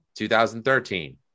2013